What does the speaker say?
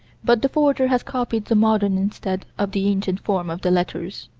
but the forger has copied the modern instead of the ancient form of the letters.